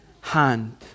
hand